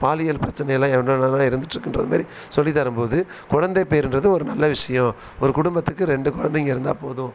பாலியல் பிரச்சனைலாம் என்னென்னலாம் இருந்துகிட்டுருக்குன்றது மாதிரி சொல்லித்தரும் போது குழந்தை பேருன்றது ஒரு நல்ல விஷயம் ஒரு குடும்பத்துக்கு ரெண்டு குழந்தைங்க இருந்தால் போதும்